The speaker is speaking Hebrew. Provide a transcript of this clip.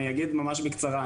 אני אגיד ממש בקצרה,